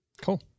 Cool